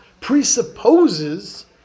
presupposes